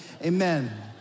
amen